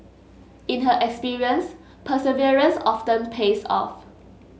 in her experience perseverance often pays off